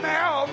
now